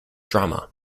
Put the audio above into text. drama